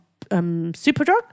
Superdrug